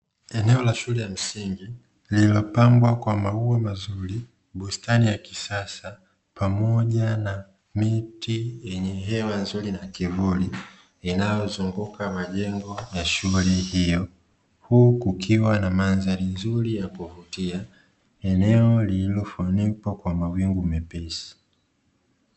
Eneo la shule ya msingi lililopambwa kwa maua mazuri, bustani ya kisasa pamoja na miti yenye hewa nzuri na kivuli, inayozunguka majengo ya shule hiyo, huku kukiwa na mandhari nzuri ya kuvutia eneo lililofunikwa kwa mawingu mepesi.